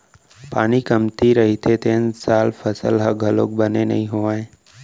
पानी कमती रहिथे तेन साल फसल ह घलोक बने नइ होवय